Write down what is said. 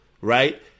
right